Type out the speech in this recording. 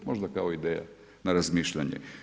Možda kao ideja na razmišljanje.